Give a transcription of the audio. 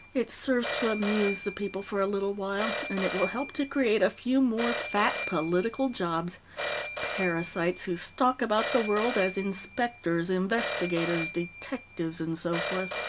it serves to amuse the people for a little while, and it will help to create a few more fat political jobs parasites who stalk about the world as inspectors, investigators, detectives, and so forth.